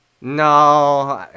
No